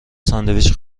ساندویچ